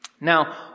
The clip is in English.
Now